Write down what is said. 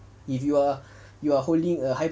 if you are you are holding a high